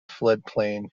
floodplain